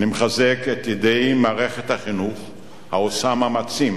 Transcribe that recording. אני מחזק את ידי מערכת החינוך העושה מאמצים